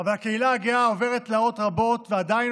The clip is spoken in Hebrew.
אבל הקהילה הגאה עברה תלאות רבות ועדיין